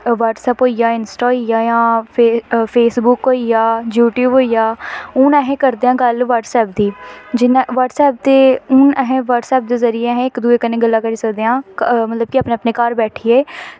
WhatsApp होई गै Insta होई गेआ जां फेसबुक होई गेआ यूटयूब होई गेआ हून अस करदे आं गल्ल ब्हटसैप दी ब्हीटसैप दे जरिये हून अस इक दुए कन्नै गल्लां करी सकदे आं मतलब कि अपने अपने घर बैठियै